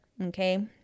Okay